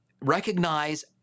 Recognize